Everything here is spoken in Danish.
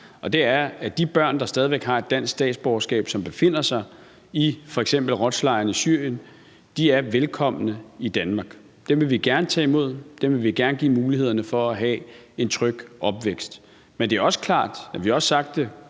været helt klar: De børn, der stadig væk har et dansk statsborgerskab, som befinder sig i f.eks. al-Roj-lejren i Syrien, er velkomne i Danmark. Dem vil vi gerne tage imod. Dem vil vi gerne give mulighederne for at have en tryg opvækst. Men det er også klart – og det